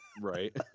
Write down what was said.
Right